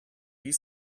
you